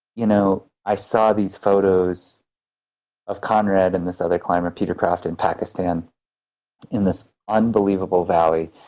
you know i saw these photos of conrad and this other climber, peter kraft in pakistan in this unbelievable valley.